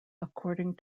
according